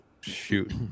shoot